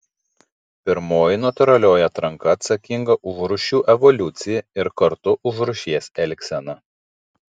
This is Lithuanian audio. pirmoji natūralioji atranka atsakinga už rūšių evoliuciją ir kartu už rūšies elgseną